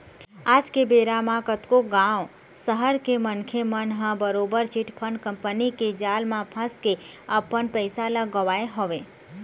आज के बेरा म कतको गाँव, सहर के मनखे मन ह बरोबर चिटफंड कंपनी के जाल म फंस के अपन पइसा ल गवाए हवय